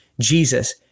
Jesus